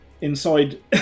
inside